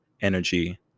energy